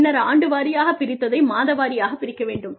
பின்னர் ஆண்டு வாரியாக பிரித்ததை மாத வாரியாக பிரிக்க வேண்டும்